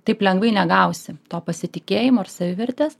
taip lengvai negausi to pasitikėjimo ir savivertės